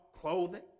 clothing